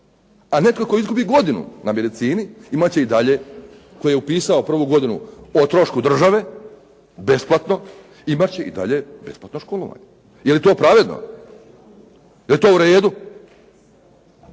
A netko tko izgubi godinu na medicini, imat će i dalje, koje je upisao prvu godinu o trošku države besplatno, imat će i dalje besplatno školovanje, je li to pravedno, je li to u redu?